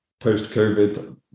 post-COVID